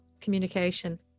communication